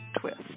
Twist